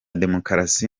demokarasi